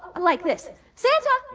like this. santa.